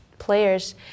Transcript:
Players